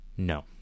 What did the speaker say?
No